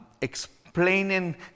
explaining